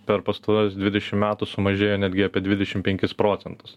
per pastaruosius dvidešim metų sumažėjo netgi apie dvidešim penkis procentus